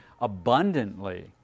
abundantly